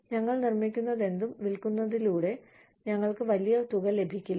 ഞങ്ങൾ നിർമ്മിക്കുന്നതെന്തും വിൽക്കുന്നതിലൂടെ ഞങ്ങൾക്ക് വലിയ തുക ലഭിക്കില്ല